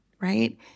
right